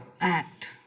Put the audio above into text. act